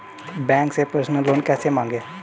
Bank से personal loan कैसे मांगें?